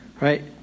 right